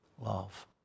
love